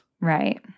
Right